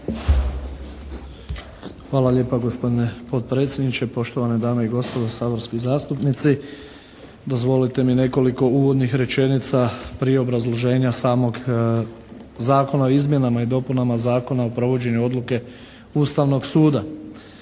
Hvala lijepa gospodine potpredsjedniče, poštovane dame i gospodo saborski zastupnici. Dozvolite mi nekoliko uvodnih rečenica prije obrazloženja samog Zakona o izmjenama i dopunama Zakona o provođenju odluke Ustavnog suda.